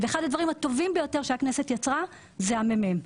ואחד הדברים הטובים ביותר שהכנסת יצרה זה המ.מ.מ.